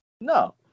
No